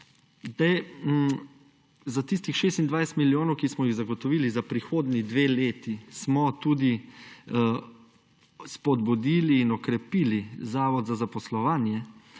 Za tistih 26 milijonov, ki smo jih zagotovili za prihodnji dve leti, smo tudi spodbudili in okrepili Zavod za zaposlovanje,